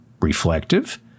reflective